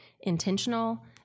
intentional